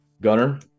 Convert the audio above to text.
Gunner